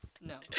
No